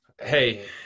Hey